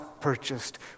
purchased